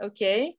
Okay